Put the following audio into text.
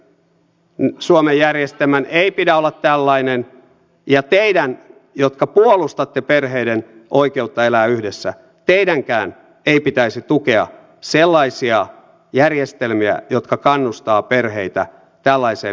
minun mielestäni suomen järjestelmän ei pidä olla tällainen ja teidänkään jotka puolustatte perheiden oikeutta elää yhdessä ei pitäisi tukea sellaisia järjestelmiä jotka kannustavat perheitä tällaiseen menettelyyn